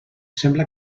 sembla